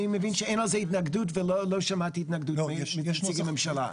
אני מבין שאין לזה התנגדות ולא שמעתי התנגדות מנציגי הממשלה.